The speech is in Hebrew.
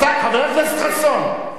חבר הכנסת חסון,